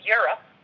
Europe